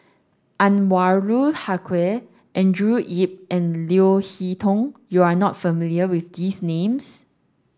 Anwarul Haque Andrew Yip and Leo Hee Tong you are not familiar with these names